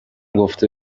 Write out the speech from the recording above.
گفته